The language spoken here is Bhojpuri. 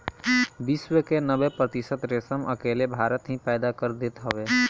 विश्व के नब्बे प्रतिशत रेशम अकेले भारत ही पैदा कर देत हवे